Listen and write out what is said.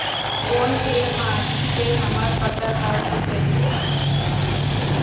कोन से माटी से हमर फसल ह ठीक रही?